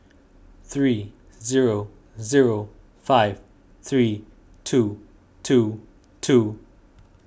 three zero zero five three two two two